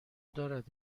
دارد